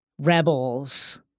Rebels